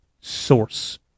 source